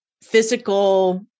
physical